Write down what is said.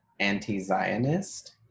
anti-Zionist